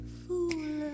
fool